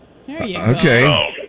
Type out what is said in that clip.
okay